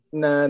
na